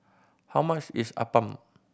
how much is appam